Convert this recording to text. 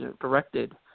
directed